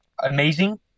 amazing